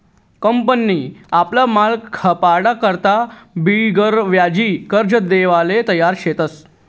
company आपला माल खपाडा करता बिगरव्याजी कर्ज देवाले तयार शेतस